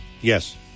Yes